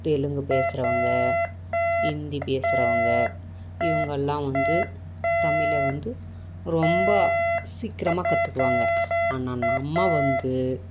தெலுங்கு பேசுகிறவங்க ஹிந்தி பேசுகிறவங்க இவங்கெல்லாம் வந்து தமிழை வந்து ரொம்ப சீக்கிரமாக கற்றுக்குவாங்க ஆனால் நம்ம வந்து